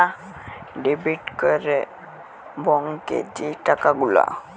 debit ক্যরে ব্যাংকে যে টাকা গুলা